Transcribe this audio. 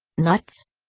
nuts?